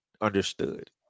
understood